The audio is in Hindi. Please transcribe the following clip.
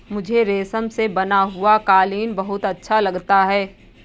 मुझे रेशम से बना हुआ कालीन बहुत अच्छा लगता है